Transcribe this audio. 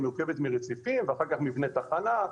היא מורכבת מרציפים ואחר כך מבנה תחנה,